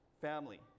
family